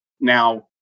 Now